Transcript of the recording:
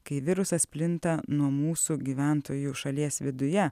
kai virusas plinta nuo mūsų gyventojų šalies viduje